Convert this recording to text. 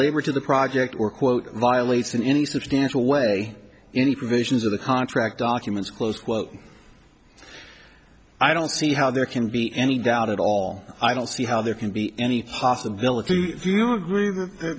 labor to the project or quote violates in any substantial way any provisions of the contract documents close quote i don't see how there can be any doubt at all i don't see how there can be any possibility